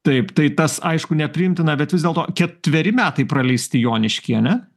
taip tai tas aišku nepriimtina bet vis dėlto ketveri metai praleisti jonišky ane